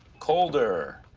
colder.